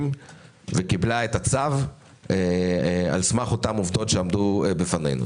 וקיבלה את הצו על סמך אותן עובדות שעמדו בפנינו.